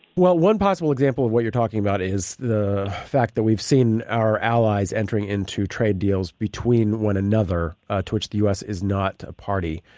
well, one possible example of what you're talking about is the fact that we've seen our allies entering into trade deals between one another to which the u s. is not a party.